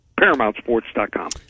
paramountsports.com